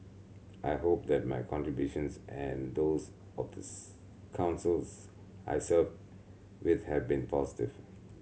I hope that my contributions and those of the Councils I served with have been positive